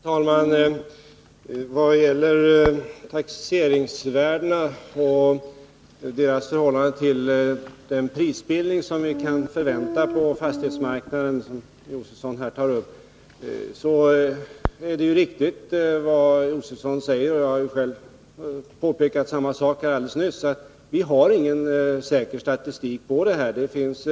Herr talman! Vad gäller taxeringsvärdena och deras förhållande till den prisbildning som vi kan förvänta på fastighetsmarknaden är det riktigt som Stig Josefson säger — jag påpekade ju själv samma sak alldeles nyss — att vi inte har någon säker statistik i det här avseendet.